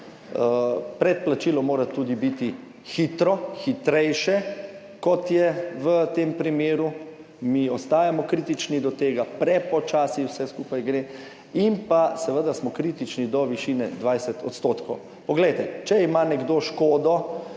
Predplačilo mora tudi biti hitro, hitrejše kot je v tem primeru. Mi ostajamo kritični do tega, prepočasi vse skupaj gre. In pa seveda smo kritični do višine 20 odstotkov. Poglejte, če ima nekdo škodo